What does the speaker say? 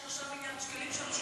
יש מיליארד ו-300 מיליון שקלים שם,